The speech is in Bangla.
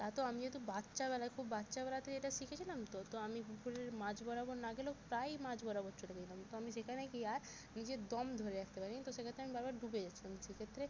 তা তো আমি যেহেতু বাচ্চাবেলায় খুব বাচ্চাবেলা থেকে এটা শিখেছিলাম তো তো আমি পুকুরের মাঝ বরাবর না গেলেও প্রায় মাঝ বরাবর চলে গেলাম তো আমি সেখানে গিয়ে আর নিজের দম ধরে রাখতে পারি নি তো সেক্ষেত্রে আমি বার বার ডুবে যাচ্ছিলাম সেক্ষেত্রে